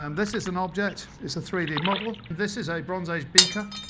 um this is an object, it's a three d model. this is a bronze age beaker,